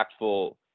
impactful